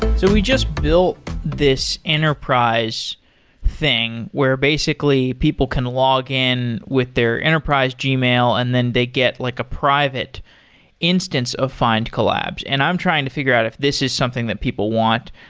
so we just built this enterprise thing, where basically people can log in with their enterprise gmail and then they get like a private instance of findcollabs, and i'm trying to figure out if this is something that people want.